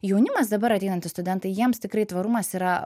jaunimas dabar ateinantys studentai jiems tikrai tvarumas yra